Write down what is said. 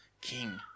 king